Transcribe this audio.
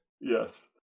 Yes